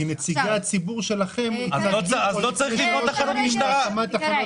כי נציגי הציבור שלכם התנגדו להקמת תחנות